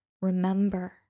remember